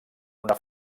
una